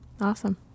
Awesome